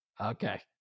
Okay